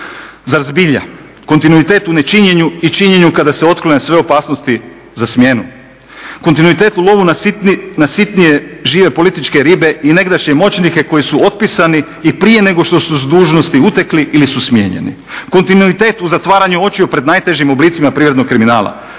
Zar zbilja kontinuitet u nečinjenju i činjenju kada se otklone sve opasnosti za smjenu? Kontinuitet u lovu na sitnije žive političke ribe i negdašnje moćnike koji su otpisani i prije nego što su s dužnosti utekli ili su smijenjeni. Kontinuitet u zatvaranju očiju pred najtežim oblicima prirodnog kriminala,